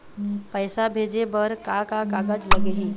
पैसा भेजे बर का का कागज लगही?